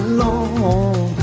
long